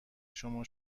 شما